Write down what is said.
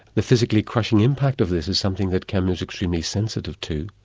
the physically crushing impact of this is something that camus is extremely sensitive to.